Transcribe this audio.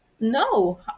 no